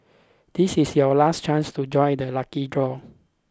this is your last chance to join the lucky draw